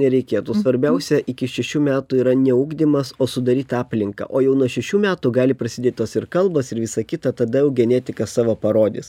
nereikėtų svarbiausia iki šešių metų yra ne ugdymas o sudaryt aplinką o jau nuo šešių metų gali prasidėt tos ir kalbos ir visa kita tada jau genetika savo parodys